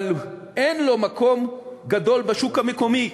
אבל אין לו מקום גדול בשוק המקומי,